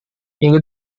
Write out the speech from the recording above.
minggu